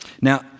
Now